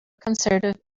conservative